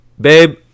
Babe